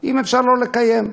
אם אפשר לא לקיים?